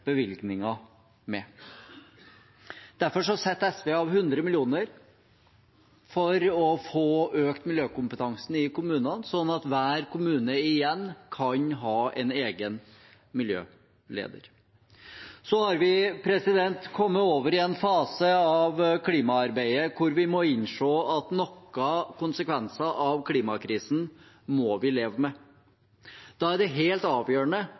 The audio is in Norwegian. bevilgninger med. Derfor setter SV av 100 mill. kr for å få økt miljøkompetansen i kommunene, slik at hver kommune igjen kan ha en egen miljøleder. Så har vi kommet over i en fase av klimaarbeidet hvor vi må innse at noen konsekvenser av klimakrisen må vi leve med. Da er det helt avgjørende